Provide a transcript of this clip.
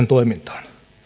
toimintaan